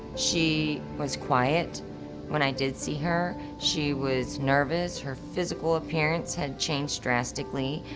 she was quiet when i did see her. she was nervous, her physical appearance had changed drastically.